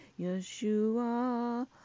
Yeshua